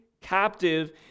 captive